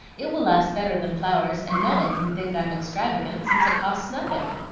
it will last better than flowers and no one can think i'm extravagant, since it costs nothing.